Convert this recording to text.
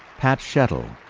pat shettle,